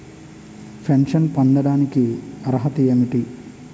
Pension పొందడానికి అర్హత ఏంటి?